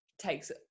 takes